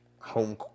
home